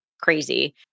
crazy